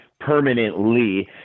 permanently